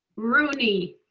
rooney.